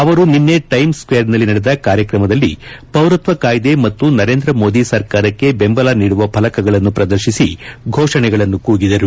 ಅವರು ನಿನ್ನೆ ಟೈಮ್ಬ್ ಸ್ಕ್ಷೇರ್ನಲ್ಲಿ ನಡೆದ ಕಾರ್ಯಕ್ರಮದಲ್ಲಿ ಪೌರತ್ವ ಕಾಯ್ದೆ ಮತ್ತು ನರೇಂದ್ರ ಮೋದಿ ಸರ್ಕಾರಕ್ಕೆ ಬೆಂಬಲ ನೀದುವ ಫಲಕಗಳನ್ನು ಪ್ರದರ್ಶಿಸಿ ಘೋಷಣೆಗಳನ್ನು ಕೂಗಿದರು